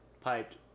piped